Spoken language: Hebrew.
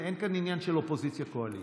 אין כאן עניין של אופוזיציה קואליציה.